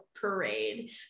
parade